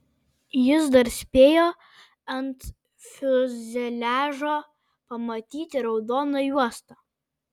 jis dar spėjo ant fiuzeliažo pamatyti raudoną juostą